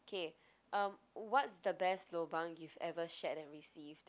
k um what's the best lobang you've ever shared and received